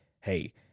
hey